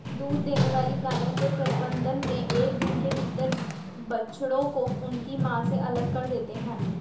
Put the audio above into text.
दूध देने वाली गायों के प्रबंधन मे एक दिन के भीतर बछड़ों को उनकी मां से अलग कर देते हैं